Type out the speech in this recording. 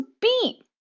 beat